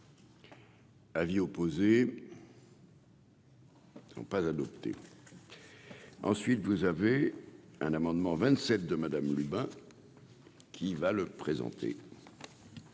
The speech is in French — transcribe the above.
Avis opposé. Sont pas adopté ensuite vous avez un amendement 27 de Madame Luba qui va le présenter.